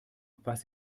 was